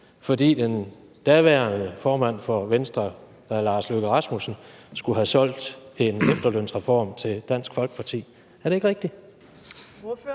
fordi den daværende formand for Venstre, hr. Lars Løkke Rasmussen, skulle have solgt en efterlønsreform til Dansk Folkeparti. Er det ikke rigtigt?